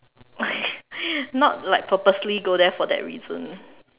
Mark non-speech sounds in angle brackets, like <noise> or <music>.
<laughs> not like purposely go there for that reason